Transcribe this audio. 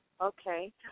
Okay